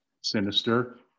sinister